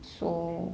so